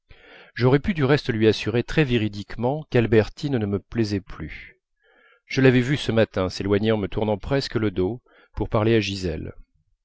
j'aurais pu du reste lui assurer très véridiquement qu'albertine ne me plaisait plus je l'avais vue ce matin s'éloigner en me tournant presque le dos pour parler à gisèle